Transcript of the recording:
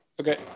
Okay